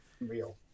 real